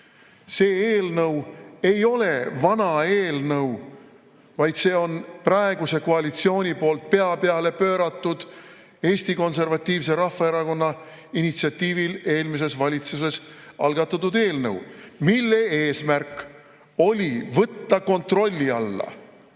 see eelnõu ei ole vana eelnõu, vaid see on praeguse koalitsiooni eestvõttel pea peale pööratud, Eesti Konservatiivse Rahvaerakonna initsiatiivil eelmises valitsuses algatatud eelnõu, mille eesmärk oli võtta kontrolli alla